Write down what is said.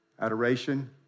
Adoration